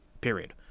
period